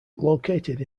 located